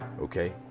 Okay